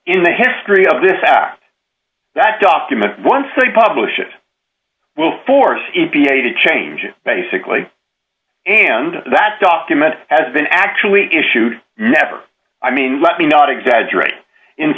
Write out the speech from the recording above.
in the history of this that document once they publish it will force e p a to change it basically and that document has been actually issued never i mean let me not exaggerate in